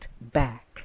back